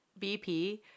BP